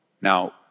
Now